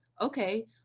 Okay